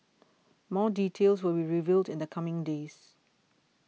more details will be revealed in the coming days